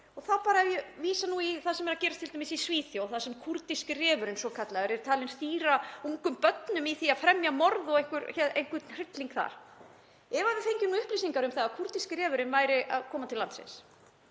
yfir. Ég vísa í það sem er að gerast t.d. í Svíþjóð þar sem kúrdíski refurinn svokallaði er talinn stýra ungum börnum í því að fremja morð og einhvern hrylling þar. Ef við fengjum upplýsingar um það að kúrdíski refurinn væri að koma til landsins